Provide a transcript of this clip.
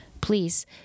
Please